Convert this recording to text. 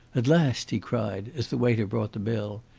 at last! he cried, as the waiter brought the bill,